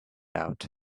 out